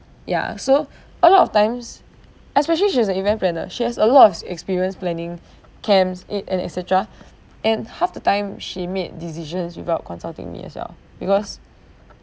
ya so a lot of times especially she was an event planner she has a lots of experience planning camps it and etcetera and half the time she made decisions without consulting me as well because